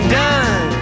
done